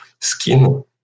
skin